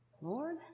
Lord